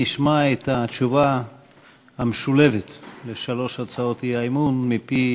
נשמע את התשובה המשולבת לשלוש הצעות האי-אמון מפי